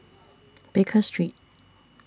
Baker Street